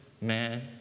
man